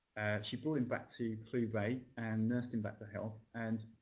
she brought him back to clew bay and nursed him back to health. and,